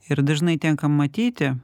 ir dažnai tenka matyti